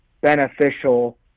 beneficial